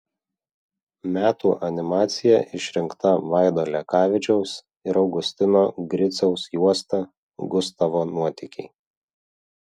metų animacija išrinkta vaido lekavičiaus ir augustino griciaus juosta gustavo nuotykiai